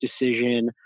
decision